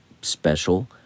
special